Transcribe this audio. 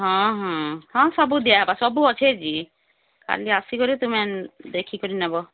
ହଁ ହଁ ହଁ ସବୁ ଦିଆହେବ ସବୁ ଅଛି ଆଜି ଖାଲି ଆସି କରି ତୁମେ ଦେଖି କରି ନେବ